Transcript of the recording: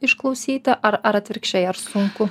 išklausyti ar ar atvirkščiai ar sunku